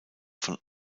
von